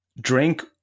Drink